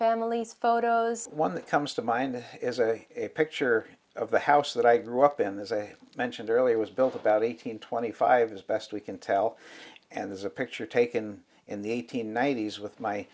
family photos one that comes to mind is a a picture of the house that i grew up in this i mentioned earlier was built about eight hundred twenty five as best we can tell and this is a picture taken in the eighteen nineties with my